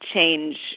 change